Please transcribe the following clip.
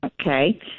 Okay